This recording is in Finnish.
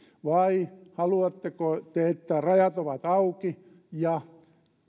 vai haluatteko te että rajat ovat auki ja